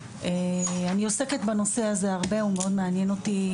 אני עוסקת בנושא הזה הרבה הוא מאוד מעניין אותי,